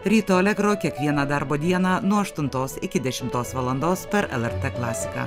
ryto alegro kiekvieną darbo dieną nuo aštuntos iki dešimtos valandos per lrt klasiką